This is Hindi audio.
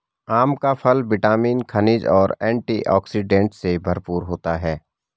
आम का फल विटामिन, खनिज और एंटीऑक्सीडेंट से भरपूर होता है